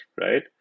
right